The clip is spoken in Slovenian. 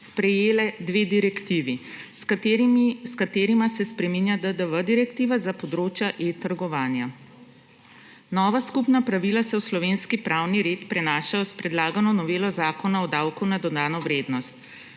sprejele dve direktivi, s katerima se spreminja DDV direktivna za področja e-trgovanja. Nova skupna pravila se v slovenski pravni red prenašajo s predlagano novelo Zakona o davku na dodano vrednost.